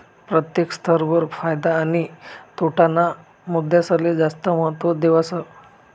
प्रत्येक स्तर वर फायदा आणि तोटा ना मुद्दासले जास्त महत्व देवावस